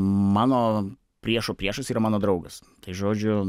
mano priešo priešas yra mano draugas žodžiu